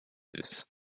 hus